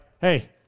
hey